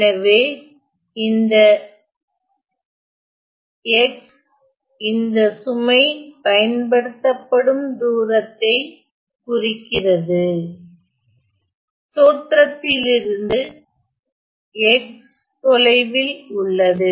எனவே இந்த x இந்த சுமை பயன்படுத்தப்படும் தூரத்தை குறிக்கிறது தோற்றத்திலிருந்து x தொலைவில் உள்ளது